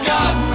God